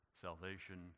salvation